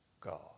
God